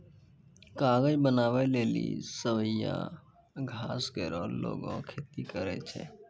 कागज बनावै लेलि सवैया घास केरो लोगें खेती करै छै